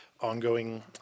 ongoing